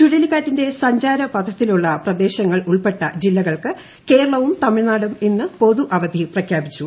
ചുഴലിക്കാറ്റിന്റെ സഞ്ചാരപഥത്തിലുള്ള പ്രദേശങ്ങൾ ഉൾപ്പെട്ട ജില്ലകൾക്ക് കേരളവും തമിഴ്നാടും ഇന്ന് പൊതു അവധി പ്രഖ്യാപിച്ചു